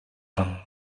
tom